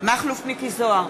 מכלוף מיקי זוהר,